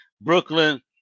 Brooklyn